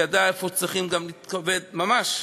והיא ידעה איפה צריכים גם להתגמש, ממש.